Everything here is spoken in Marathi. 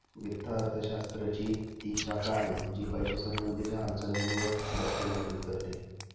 वित्त अर्थशास्त्र ची ती शाखा आहे, जी पैशासंबंधी च्या हालचालींवर लक्ष केंद्रित करते